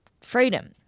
freedom